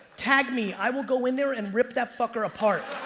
tag me. i will go in there and rip that fucker apart.